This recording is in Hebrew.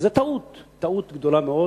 וזה טעות, טעות גדולה מאוד